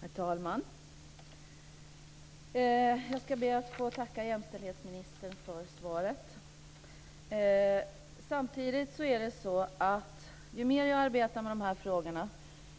Herr talman! Jag ska be att få tacka jämställdhetsministern för svaret. Men ju mer jag arbetar med de här frågorna